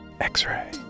X-ray